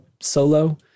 solo